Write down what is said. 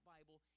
Bible